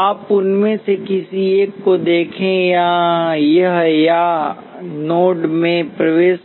आप उनमें से किसी एक को देखें यह या तो नोड में प्रवेश